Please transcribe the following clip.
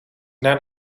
naar